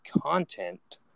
content